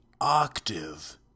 octave